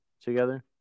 together